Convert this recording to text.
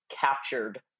captured